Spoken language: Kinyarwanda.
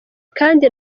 kandi